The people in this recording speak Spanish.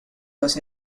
los